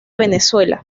venezuela